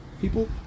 People